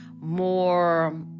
more